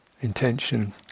intention